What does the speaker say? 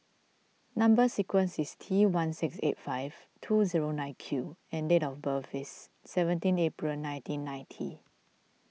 Number Sequence is T one six eight five two zero nine Q and date of birth is seventeen April nineteen ninety